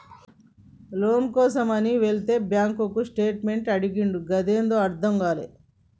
లోను కోసమని వెళితే bank statement అడిగిండు గదేందో అర్థం గాలే